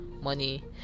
money